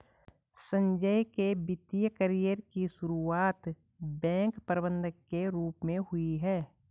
संजय के वित्तिय कैरियर की सुरुआत बैंक प्रबंधक के रूप में हुई